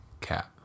cat